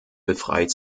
befreit